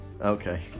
Okay